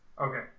Okay